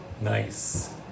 Nice